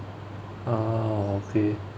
ah okay